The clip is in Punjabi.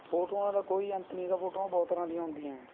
ਫੋਟੋਆਂ ਦਾ ਕੋਈ ਅੰਤ ਨਹੀਂ ਗਾ ਫੋਟੋਆਂ ਬਹੁਤ ਤਰ੍ਹਾਂ ਦੀਆਂ ਹੁੰਦੀਆਂ ਏ